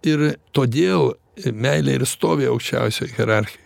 ir todėl meilė ir stovi aukščiausioj hierarchijoj